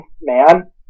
man